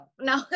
No